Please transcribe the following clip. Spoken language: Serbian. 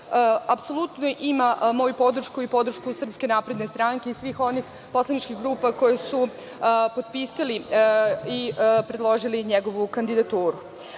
Apsolutno ima moju podršku i podršku SNS i svih onih poslaničkih grupa koje su potpisale i predložile njegovu kandidaturu. Ono